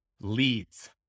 leads